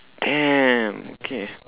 damn okay